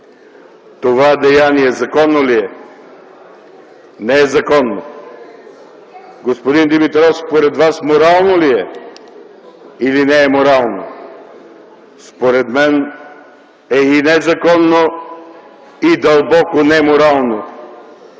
Това деяние законно ли е? Не е законно! Господин Димитров, според Вас, морално ли е или не е морално? Според мен, е и незаконно, и дълбоко неморално.